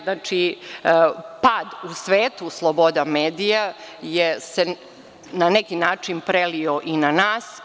Znači, taj pad sloboda medija u svetu se na neki način prelio i na nas.